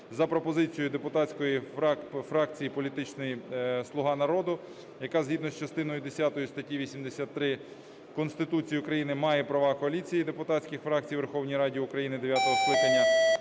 за пропозицією депутатської фракції політичної партії "Слуга народу", яка згідно з частиною десятою статті 83 Конституції України має права коаліції депутатських фракцій у Верховній Раді України дев'ятого скликання,